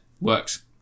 works